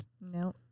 No